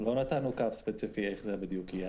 לא נתנו קו ספציפי איך זה בדיוק יהיה,